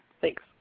Thanks